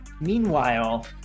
Meanwhile